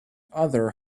other